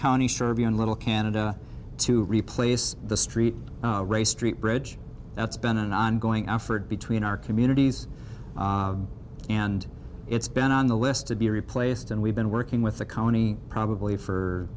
county serbian little canada to replace the street race street bridge that's been an ongoing effort between our communities and it's been on the list to be replaced and we've been working with the county probably for